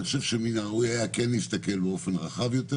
אני חושב שמן הראוי היה כן להסתכל באופן רחב יותר,